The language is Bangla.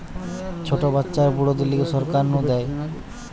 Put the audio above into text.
ছোট বাচ্চা আর বুড়োদের লিগে সরকার নু দেয়